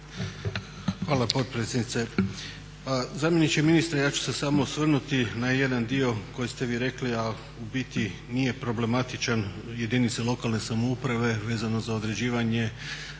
Hvala potpredsjednice. Zamjeniče ministra ja ću se samo osvrnuti na jedan dio koji ste vi rekli, a u biti nije problematičan jedinice lokalne samouprave vezano za određivanje